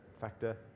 factor